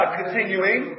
continuing